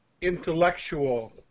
intellectual